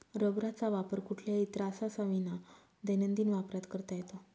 रबराचा वापर कुठल्याही त्राससाविना दैनंदिन वापरात करता येतो